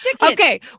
Okay